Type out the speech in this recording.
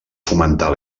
fomentar